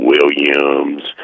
Williams